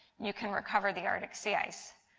you can recover the arctic sea ice.